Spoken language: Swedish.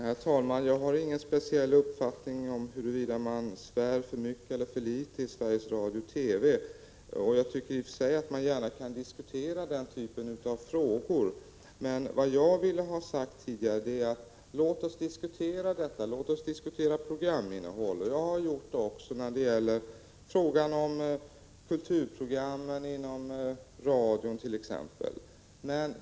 Herr talman! Jag har ingen speciell uppfattning om huruvida det svärs för mycket eller för litet i Sveriges Radio och TV. Jag tycker i och för sig att man kan diskutera den typen av frågor. Låt oss, som jag sade tidigare, diskutera programinnehåll. Jag har själv berört exempelvis innehållet i kulturprogram i Sveriges Radio.